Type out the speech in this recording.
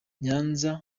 nyanza